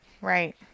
Right